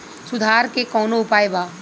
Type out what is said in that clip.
सुधार के कौनोउपाय वा?